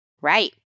Right